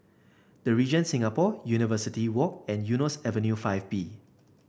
The Regent Singapore University Walk and Eunos Avenue Five B